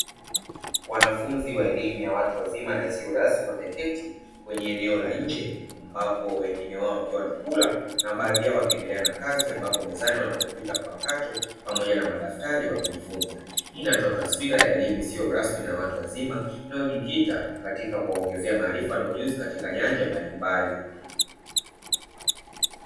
Wanafunzi wa elimu ya watu wazima na isiyo rasmi wameketi kwenye eneo la nje, ambapo wengine wao wakiwa wanakula na baadhi yao wakiendelea na kazi ambapo mezani wana kompyuta mpakato pamoja na madaftari wakijifunza. Hii inatoa taswira ya elimu isiyo rasmi na ya watu wazima inayojikita katika kuwaongezea maarifa na ujuzi katika nyanja mbalimbali.